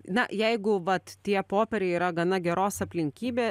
na jeigu vat tie popieriai yra gana geros aplinkybė